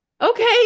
okay